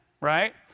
right